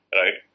right